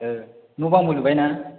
औ न' बांबो लुबायना